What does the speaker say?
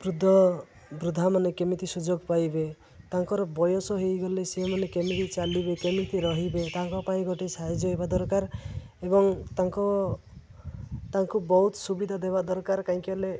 ବୃଦ୍ଧ ବୃଦ୍ଧାମାନେ କେମିତି ସୁଯୋଗ ପାଇବେ ତାଙ୍କର ବୟସ ହେଇଗଲେ ସେମାନେ କେମିତି ଚାଲିବେ କେମିତି ରହିବେ ତାଙ୍କ ପାଇଁ ଗୋଟେ ସାହାଯ୍ୟ ହେବା ଦରକାର ଏବଂ ତାଙ୍କ ତାଙ୍କୁ ବହୁତ ସୁବିଧା ଦେବା ଦରକାର କାହିଁକି ହେଲେ